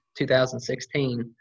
2016